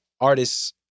artists